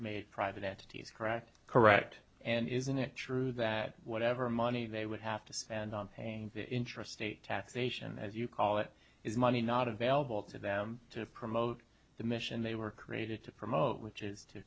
made private entities correct correct and isn't it true that whatever money they would have to spend on paying interest a taxation as you call it is money not available to them to promote the mission they were created to promote which is to